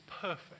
perfect